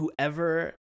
Whoever